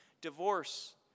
Divorce